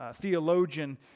theologian